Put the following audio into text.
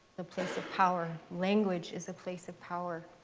the place of power. language is a place of power.